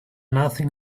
nothing